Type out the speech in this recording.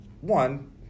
one